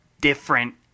different